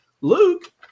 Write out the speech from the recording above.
Luke